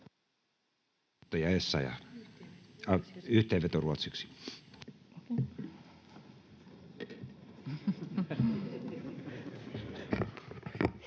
Kiitos.